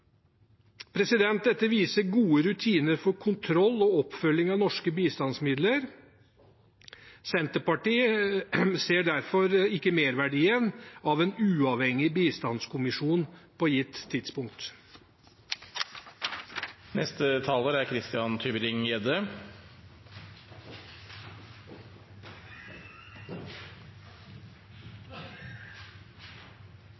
Dette viser gode rutiner for kontroll og oppfølging av norske bistandsmidler. Senterpartiet ser derfor ikke merverdien av en uavhengig bistandskommisjon på gitt